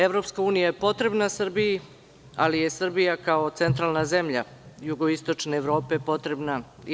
Evropska unija je potrebna Srbiji, ali je Srbija kao centralna zemlja jugoistočne Evrope potrebna i EU.